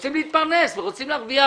רוצים להתפרנס ורוצים להרוויח